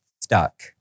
stuck